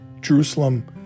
Jerusalem